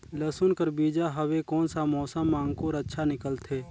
लसुन कर बीजा हवे कोन सा मौसम मां अंकुर अच्छा निकलथे?